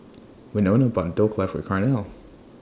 Wynona bought Dhokla For Carnell